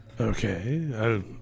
Okay